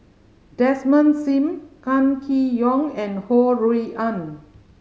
Desmond Sim Kam Kee Yong and Ho Rui An